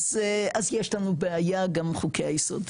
אז יש לנו בעיה גם חוקי היסוד.